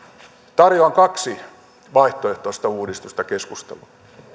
tarjoan kaksi vaihtoehtoista uudistusta keskusteluun